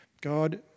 God